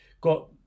got